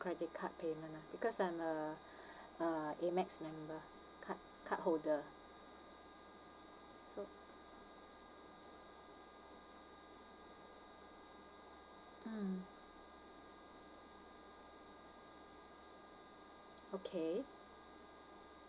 credit card payment ah because I'm a a amex member card cardholder so mm okay